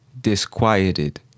Disquieted